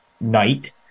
night